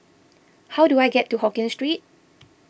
how do I get to Hokkien Street